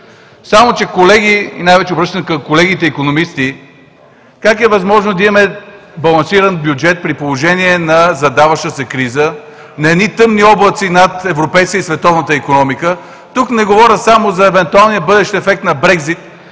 Само че, колеги, и най-вече се обръщам към колегите икономисти, как е възможно да имаме балансиран бюджет, при положение на задаваща се криза, на едни тъмни облаци над европейската и световната икономика? Тук не говоря само за евентуалния бъдещ ефект на Брекзит,